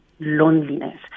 loneliness